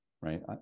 right